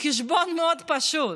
מאוד פשוט, חשבון מאוד פשוט.